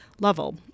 level